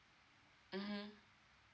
mmhmm